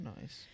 nice